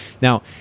Now